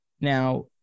now